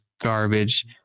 garbage